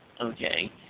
okay